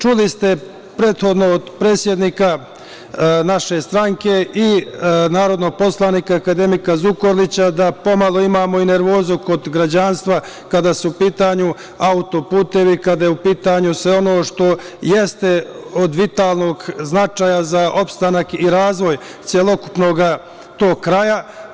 Čuli ste prethodno od predsednika naše stranke i narodnog poslanika akademika Zukorlića da pomalo imamo i nervozu kod građanstva, kada su u pitanju autoputevi, kada je u pitanju sve ono što jeste od vitalnog značaja za opstanak i razvoj celokupnog tog kraja.